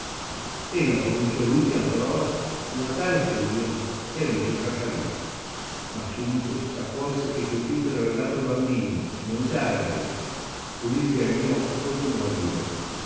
porco ella pronunziò l'ultima parola con una tale furia che alice trasalì ma subito s'accorse che quel titolo era dato al bambino e non già a lei così si rianimò e continuò a dire